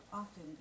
often